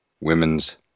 Women's